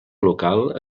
local